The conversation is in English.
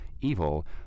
evil